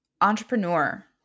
entrepreneur